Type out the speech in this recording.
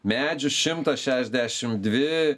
medžių šimtas šešdešim dvi